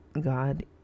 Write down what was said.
God